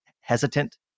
hesitant